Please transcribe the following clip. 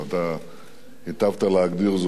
אתה היטבת להגדיר זאת,